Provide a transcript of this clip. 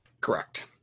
Correct